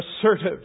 assertive